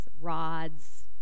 rods